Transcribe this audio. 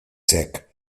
sec